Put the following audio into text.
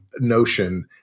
notion